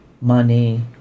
money